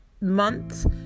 month